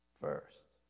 first